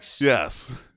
yes